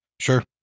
Sure